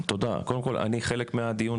קודם כול, שמעתי בדרך חלק מהדיון.